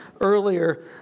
earlier